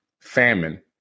famine